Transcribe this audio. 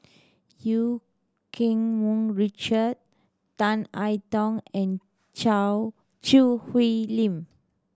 Eu Keng Mun Richard Tan I Tong and Choo Hwee Lim